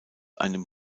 einem